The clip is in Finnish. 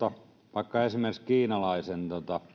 vaikka esimerkiksi kiinalaisen